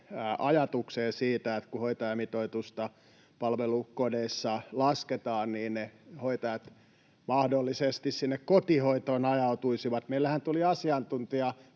ajatusta, että kun hoitajamitoitusta palvelukodeissa lasketaan, niin ne hoitajat mahdollisesti ajautuisivat sinne kotihoitoon. Meillähän tuli asiantuntijakuulemisissa